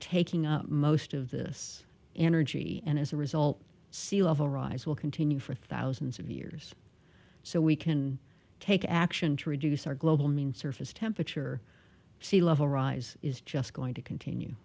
taking up most of this energy and as a result sea level rise will continue for thousands of years so we can take action to reduce our global mean surface temperature sea level rise is just going to continue